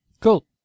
Cool